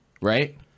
right